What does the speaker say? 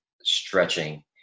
stretching